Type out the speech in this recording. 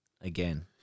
again